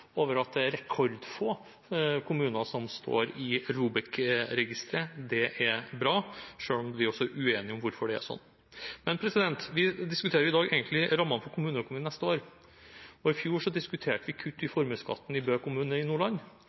over at det er rekordfå kommuner som står i ROBEK-registeret. Det er bra, selv om vi også er uenige om hvorfor det er sånn. Vi diskuterer i dag egentlig rammene for kommuneøkonomien neste år. I fjor diskuterte vi kutt i formuesskatten i Bø kommune i Nordland,